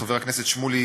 חבר הכנסת שמולי,